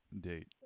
date